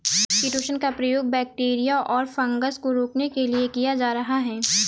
chitosan का प्रयोग bacteria और फँगस को रोकने के लिए किया जा रहा है